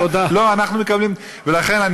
לא, אנחנו מקבלים, תודה.